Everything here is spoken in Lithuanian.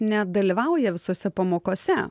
nedalyvauja visose pamokose